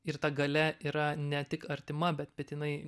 ir ta galia yra ne tik artima bet bet jinai